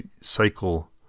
cycle